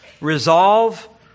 resolve